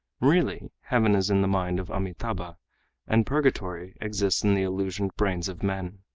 really heaven is in the mind of amitabha and purgatory exists in the illusioned brains of men.